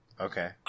Okay